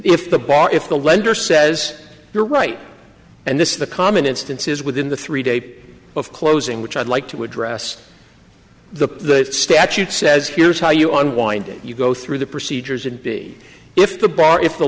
if the bar if the lender says you're right and this is the common instances within the three day of closing which i'd like to address the statute says here's how you on why did you go through the procedures and b if the bar if the